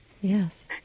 Yes